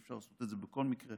אי-אפשר לעשות את זה בכל מקרה